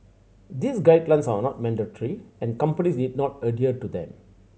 these guidelines are not mandatory and companies need not adhere to them